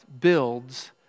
builds